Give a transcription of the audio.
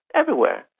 everywhere.